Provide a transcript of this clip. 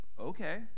okay